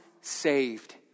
saved